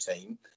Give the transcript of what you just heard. team